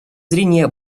зрения